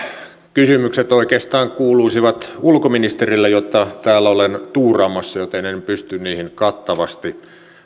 kysymykset oikeastaan kuuluisivat ulkoministerille jota täällä olen tuuraamassa joten en pysty niihin kattavasti